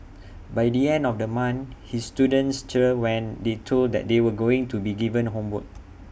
by the end of the month his students cheered when they told that they were going to be given homework